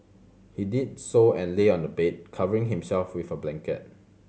he did so and lay on the bed covering himself with a blanket